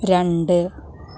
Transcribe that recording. രണ്ട്